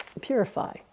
purify